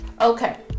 okay